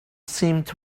seemed